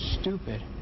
stupid